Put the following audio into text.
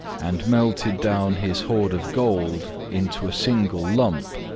and melted down his hoard of gold into a single lump,